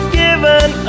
given